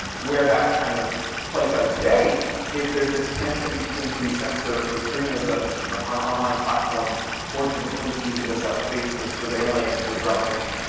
where that kind of plays out today is there's this tension between do we censor extremism on online platforms or do the police use it as a base for surveilling and disrupting